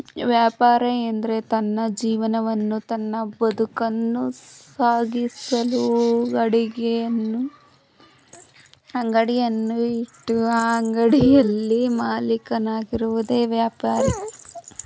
ವ್ಯಾಪಾರ ಎಂದ್ರೆ ತನ್ನ ಜೀವನವನ್ನು ತನ್ನ ಬದುಕನ್ನು ಸಾಗಿಸಲು ಅಂಗಡಿಯನ್ನು ಇಟ್ಟು ಆ ಅಂಗಡಿಯಲ್ಲಿ ಮಾಲೀಕನಾಗಿರುವುದೆ ವ್ಯಾಪಾರಿ